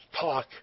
talk